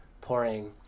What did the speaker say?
pouring